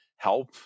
help